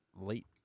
late